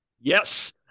yes